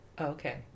Okay